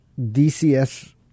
DCS